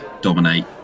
dominate